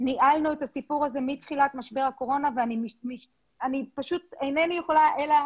ניהלנו את הסיפור הזה מתחילת משבר הקורונה ואני פשוט אינני יכולה אלא